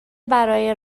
برای